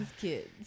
Kids